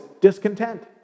discontent